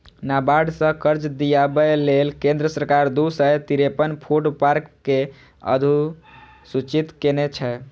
नाबार्ड सं कर्ज दियाबै लेल केंद्र सरकार दू सय तिरेपन फूड पार्क कें अधुसूचित केने छै